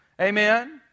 Amen